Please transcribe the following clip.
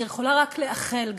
אני יכולה רק לאחל,